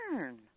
turn